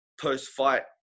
post-fight